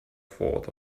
thought